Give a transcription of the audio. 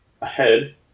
ahead